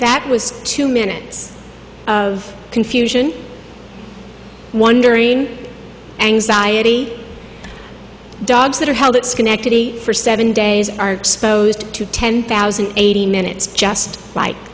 that was two minutes of confusion wondering anxiety dogs that are held at schenectady for seven days are supposed to ten thousand and eighty minutes just like